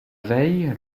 veille